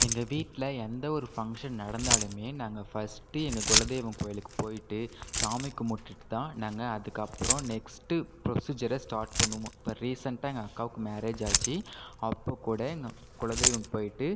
எங்கள் வீட்டில் எந்த ஒரு ஃபங்க்ஷன் நடந்தாலுமே நாங்கள் ஃபர்ஸ்ட்டு எங்கள் குலதெய்வம் கோயிலுக்கு போய்விட்டு சாமி கும்பிட்டுட்டு தான் நாங்கள் அதற்கப்பறம் நெக்ஸ்ட்டு ப்ரொசீஜரை ஸ்டார்ட் பண்ணுவோம் இப்போ ரீசென்ட்டாக எங்கள் அக்காவுக்கு மேரேஜ் ஆச்சி அப்போ கூட எங்க குலதெய்வம் போய்விட்டு